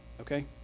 okay